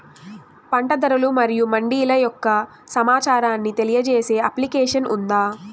పంట ధరలు మరియు మండీల యొక్క సమాచారాన్ని తెలియజేసే అప్లికేషన్ ఉందా?